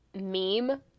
meme